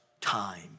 time